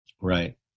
right